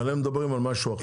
אבל הם מדברים על משהו אחר,